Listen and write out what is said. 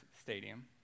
Stadium